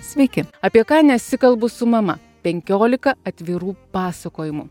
sveiki apie ką nesikalbu su mama penkiolika atvirų pasakojimų